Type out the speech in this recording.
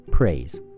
Praise